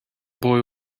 boy